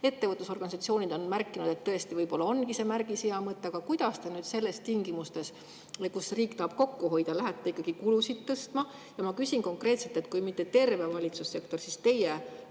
Ettevõtlusorganisatsioonid on märkinud, et võib-olla tõesti ongi see märgis hea mõte. Aga kuidas te nendes tingimustes, kus riik tahab kokku hoida, lähete ikkagi kulusid tõstma? Ja ma küsin konkreetselt – kui mitte terves valitsussektoris, siis teie